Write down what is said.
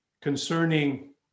concerning